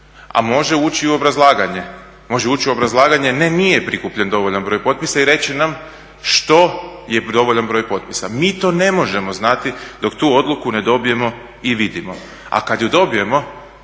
a može ući u obrazlaganje, može ući u obrazlaganje ne, nije prikupljen dovoljan broj potpisa i reći nam što je dovoljan broj potpisa. Mi to ne možemo znati dok tu odluku ne dobijemo i vidimo, a kad ju dobijemo